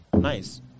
Nice